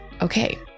Okay